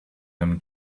him